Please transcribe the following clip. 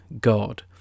God